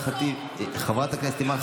חבר הכנסת מנסור עבאס,